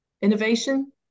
innovation